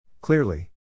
Clearly